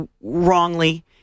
wrongly